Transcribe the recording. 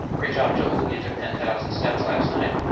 great job joel, you took ten thousand steps last night,